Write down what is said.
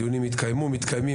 דיונים התקיימו ומתקיימים,